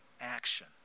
action